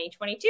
2022